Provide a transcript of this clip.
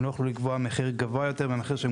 הם לא יוכלו לקבוע מחיר גבוה יותר מהמחיר שהם